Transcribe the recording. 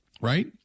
Right